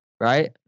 right